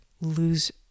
lose